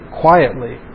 quietly